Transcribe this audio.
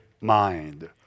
mind